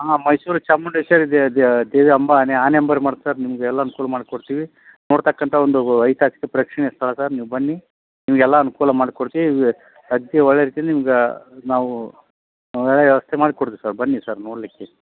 ಹಾಂ ಮೈಸೂರು ಚಾಮುಂಡೇಶ್ವರಿ ದೇವಿ ಅಂಬಾನಿ ಆನೆ ಅಂಬಾರಿ ಮಾಡ್ಸದು ನಿಮಗೆಲ್ಲ ಅನ್ಕೂಲ ಮಾಡಿಕೊಡ್ತಿನಿ ನೋಡ್ತಕ್ಕಂಥ ಒಂದು ಐತಿಹಾಸಿಕ ಪ್ರೇಕ್ಷಣೀಯ ಸ್ಥಳ ಸರ್ ನೀವು ಬನ್ನಿ ನಿಮಗೆಲ್ಲ ಅನುಕೂಲ ಮಾಡ್ಕೊಡಿಸಿ ಅಗದಿ ಒಳ್ಳೇ ರೀತಿಯಿಂದ ನಿಮಗೆ ನಾವೂ ಎಲ್ಲ ವ್ಯವಸ್ಥೆ ಮಾಡ್ಕೊಡ್ತಿನಿ ಸರ್ ಬನ್ನಿ ಸರ್ ನೋಡಲಿಕ್ಕೆ